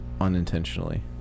unintentionally